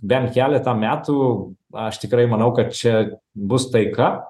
bent keletą metų aš tikrai manau kad čia bus taika